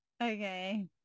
Okay